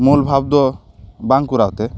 ᱢᱩᱞᱵᱷᱟᱵᱽ ᱫᱚ ᱵᱟᱝ ᱠᱚᱨᱟᱣ ᱛᱮ